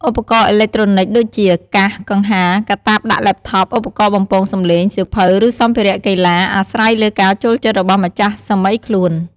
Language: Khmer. ឧបករណ៍អេឡិចត្រូនិកដូចជា កាស កង្ហា កាតាបដាក់ laptop ឧបករណ៍បំពងសម្លេង សៀវភៅ ឬសម្ភារៈកីឡា: អាស្រ័យលើការចូលចិត្តរបស់ម្ចាស់សាមីខ្លួន។